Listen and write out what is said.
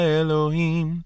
elohim